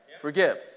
Forgive